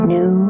New